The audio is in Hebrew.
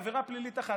הוא עבירה פלילית אחת.